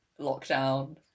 lockdown